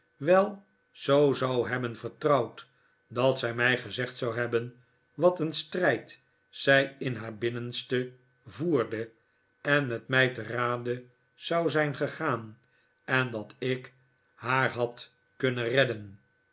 wel zoo zou hebben verr trouwd dat zij mij gezegd zou hebben wat een strijd zij in haar binnenste voerde en met mij te rade zou zijn gegaan en dat ik haar had kunnen redden